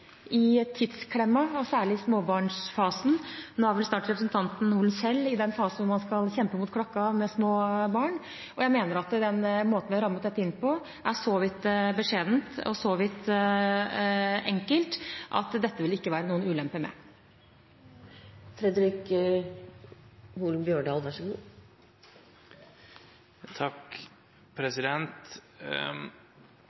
i tidsklemma, særlig i småbarnsfasen. Nå har vel representanten snart noen selv i den fasen da man skal kjempe mot klokka med små barn. Jeg mener den måten vi har rammet dette inn på, er så vidt beskjeden og så vidt enkel at dette vil det ikke være noen ulemper med.